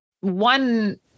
one